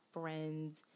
friends